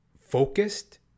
focused